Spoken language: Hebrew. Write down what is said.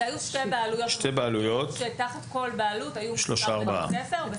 שתי בעלויות, שתחת כל בעלות היו מספר בתי ספר.